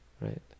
right